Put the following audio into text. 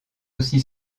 aussi